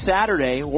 Saturday